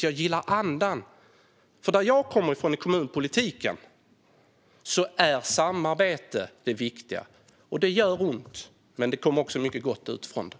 Jag gillar andan, för i kommunpolitiken som jag kommer från är samarbete det viktiga. Det gör ont, men det kommer också mycket gott ut från det.